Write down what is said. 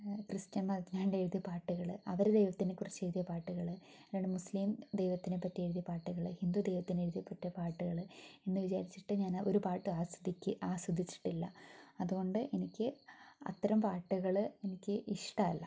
Christian മതത്തിനു വേണ്ടി എഴുതിയ പാട്ടുകള് അവര് ദൈവത്തിനെ കുറിച്ച് എഴുതിയ പാട്ടുകള് അല്ലാണ്ട് മുസ്ലിം ദൈവത്തിനെ പറ്റി എഴുതിയ പാട്ടുകള് ഹിന്ദു ദൈവത്തിന് എഴുതി പറ്റിയ പാട്ടുകൾ എന്ന് വിചാരിച്ചിട്ട് ഞാൻ ഒരു പാട്ടും ആസ്വദിച്ചിട്ടില്ല അതുകൊണ്ട് എനിക്ക് അത്തരം പാട്ടുകള് എനിക്ക് ഇഷ്ടല്ല